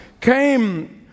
came